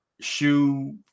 Shoe